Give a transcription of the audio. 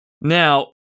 Now